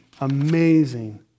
amazing